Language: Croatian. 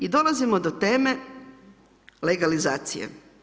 I dolazimo do teme legalizacije.